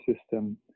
system